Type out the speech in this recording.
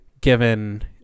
given